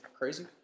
crazy